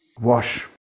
wash